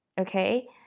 Okay